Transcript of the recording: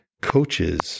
Coaches